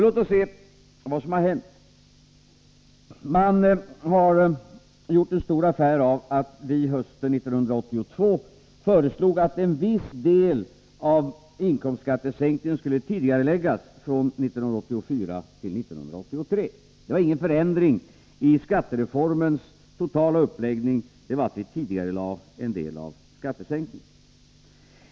Låt oss då se vad som har hänt. Man har gjort en stor affär av att vi hösten 1982 föreslog att en viss del av inkomstskattesänkningen skulle tidigareläggas från 1984 till 1983. Det var ingen förändring i skattereformens totala uppläggning; vi tidigarelade en del av skattesänkningen.